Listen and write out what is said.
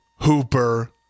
Hooper